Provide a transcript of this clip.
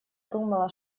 думала